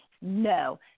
No